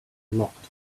locked